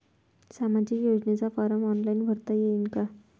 सामाजिक योजनेचा form online भरता येईन का?